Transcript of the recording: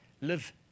live